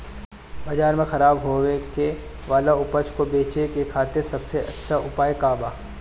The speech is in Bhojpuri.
बाजार में खराब होखे वाला उपज को बेचे के खातिर सबसे अच्छा उपाय का बा?